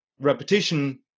repetition